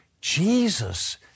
Jesus